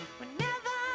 whenever